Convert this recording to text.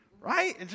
right